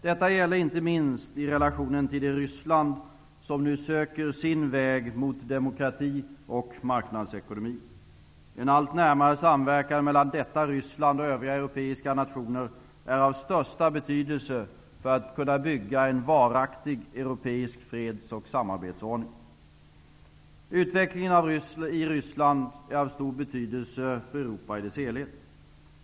Detta gäller inte minst i relationen till det Ryssland som nu söker sin väg mot demokrati och marknadsekonomi. En allt närmare samverkan mellan detta Ryssland och övriga europeiska nationer är av största betydelse för att kunna bygga en varaktig europeisk freds och samarbetsordning. Utvecklingen i Ryssland är av stor betydelse för Europa i dess helhet.